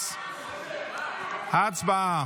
הצבעה.